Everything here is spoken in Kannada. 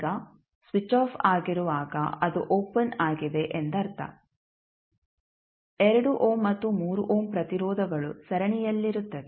ಈಗ ಸ್ವಿಚ್ ಆಫ್ ಆಗಿರುವಾಗ ಅದು ಓಪನ್ ಆಗಿದೆ ಎಂದರ್ಥ 2 ಓಮ್ ಮತ್ತು 3 ಓಮ್ ಪ್ರತಿರೋಧಗಳು ಸರಣಿಯಲ್ಲಿರುತ್ತವೆ